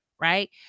right